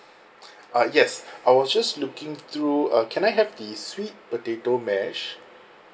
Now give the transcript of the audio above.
uh yes I was just looking through uh can I have the sweet potato mash